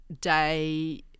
day